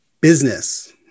business